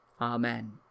Amen